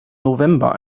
november